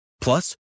Plus